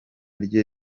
rye